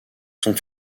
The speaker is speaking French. sont